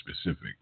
specific